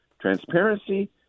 Transparency